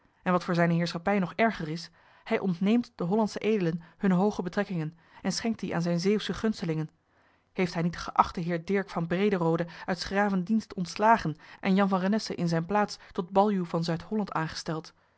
en wat voor zijne heerschappij nog erger is hij ontneemt den hollandschen edelen hunne hooge betrekkingen en schenkt die aan zijne zeeuwsche gunstelingen heeft hij niet den geachten heer dirk van brederode uit's graven dienst ontslagen en jan van renesse in zijne plaats tot baljuw van zuid-holland aangesteld